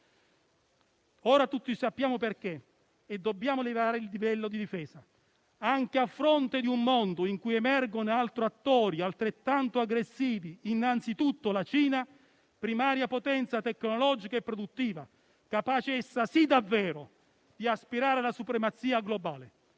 Ora tutti sappiamo perché e dobbiamo elevare il livello di difesa, anche a fronte di un mondo in cui emergono altri attori altrettanto aggressivi, innanzitutto la Cina, primaria potenza tecnologica e produttiva, capace, essa sì davvero, di aspirare alla supremazia globale.